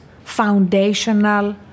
foundational